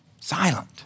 silent